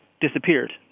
disappeared